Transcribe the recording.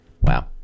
Wow